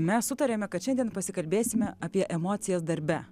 mes sutarėme kad šiandien pasikalbėsime apie emocijas darbe